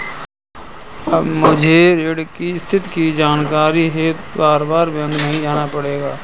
अब मुझे ऋण की स्थिति की जानकारी हेतु बारबार बैंक नहीं जाना पड़ेगा